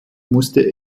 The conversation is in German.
musste